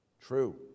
true